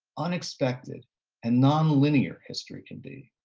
unexpected and nonlinear history can be.